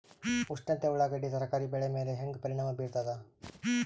ಉಷ್ಣತೆ ಉಳ್ಳಾಗಡ್ಡಿ ತರಕಾರಿ ಬೆಳೆ ಮೇಲೆ ಹೇಂಗ ಪರಿಣಾಮ ಬೀರತದ?